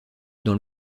dans